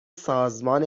سازمان